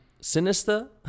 sinister